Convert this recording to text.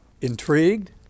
Intrigued